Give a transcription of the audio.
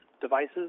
devices